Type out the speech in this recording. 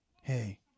Hey